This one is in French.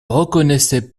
reconnaissait